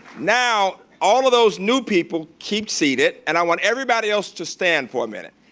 now all of those new people keep seated. and i want everybody else to stand for a minute,